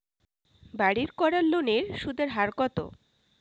বাড়ির করার লোনের সুদের হার কত?